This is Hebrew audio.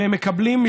והם מקבלים.